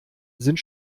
sind